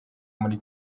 muri